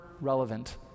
relevant